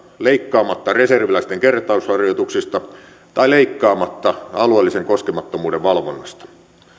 leikkaamatta reserviläisten kertausharjoituksista ja leikkaamatta alueellisen koskemattomuuden valvonnasta